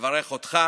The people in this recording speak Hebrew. נברך אותך